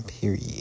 period